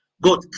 Good